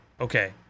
okay